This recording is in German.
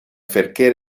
verkehr